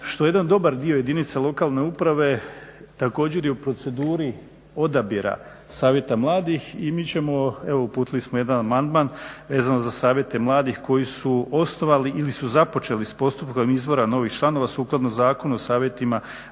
što jedan dobar dio jedinica lokalne uprave također je u proceduri odabira savjeta mladih i mi ćemo, evo uputili smo jedan amandman vezano za savjete mladih koji su osnovali ili su započeli s postupkom izbora novih članova sukladno Zakonu o savjetima